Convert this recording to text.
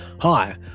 Hi